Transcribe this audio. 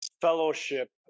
fellowship